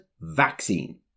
vaccine